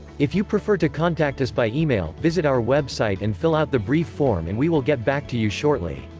if you prefer to contact us by email, visit our website and fill out the brief form and we will get back to you shortly.